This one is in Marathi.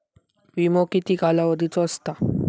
विमो किती कालावधीचो असता?